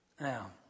Now